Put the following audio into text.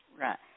right